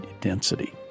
density